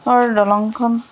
অৰ দলংখন